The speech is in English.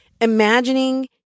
imagining